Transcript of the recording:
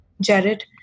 Jared